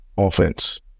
offense